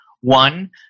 one